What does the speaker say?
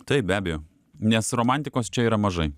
taip be abejo nes romantikos čia yra mažai